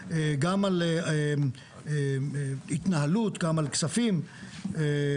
כלל גם על התנהלות, גם על כספים וכו'.